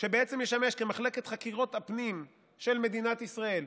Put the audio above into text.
שבעצם ישמש כמחלקת חקירות הפנים של מדינת ישראל,